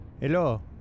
Hello